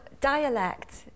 dialect